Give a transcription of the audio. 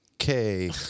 Okay